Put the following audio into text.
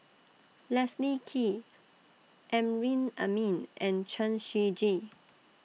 Leslie Kee Amrin Amin and Chen Shiji